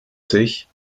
sich